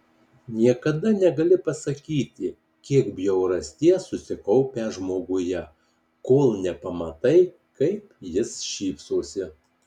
niekada negali pasakyti kiek bjaurasties susikaupę žmoguje kol nepamatai kaip jis šypsosi